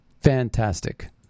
fantastic